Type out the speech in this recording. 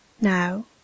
Now